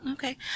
Okay